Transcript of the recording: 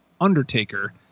undertaker